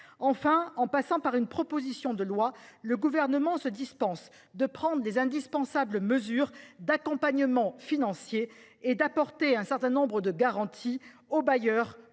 Enfin, en passant par une proposition de loi, le Gouvernement se dispense de prendre les indispensables mesures d'accompagnement financier et d'apporter un certain nombre de garanties aux bailleurs comme